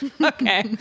okay